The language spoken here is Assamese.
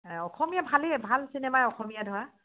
অসমীয়া ভালেই ভাল চিনেমাই অসমীয়া ধৰা